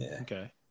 Okay